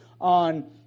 on